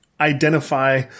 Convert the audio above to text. identify